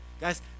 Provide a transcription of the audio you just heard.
Guys